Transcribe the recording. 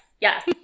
Yes